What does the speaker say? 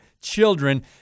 children